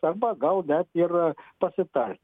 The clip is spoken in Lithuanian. arba gal net ir pasitart